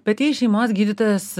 bet jei šeimos gydytojas